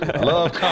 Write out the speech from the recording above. love